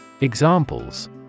Examples